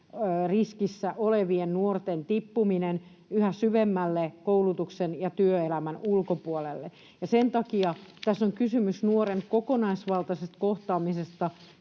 olevien nuorten tippuminen yhä syvemmälle koulutuksen ja työelämän ulkopuolelle. Sen takia tässä on kysymys nuoren kokonaisvaltaisesta kohtaamisesta,